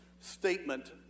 statement